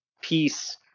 peace